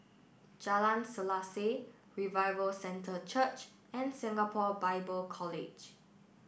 Jalan Selaseh Revival Centre Church and Singapore Bible College